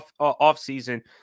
offseason